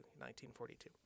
1942